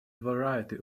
variety